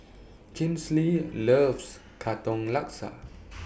Kinsley loves Katong Laksa